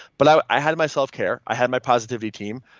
but i i had my self care, i had my positivity team.